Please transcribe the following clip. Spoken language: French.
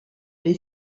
les